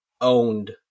owned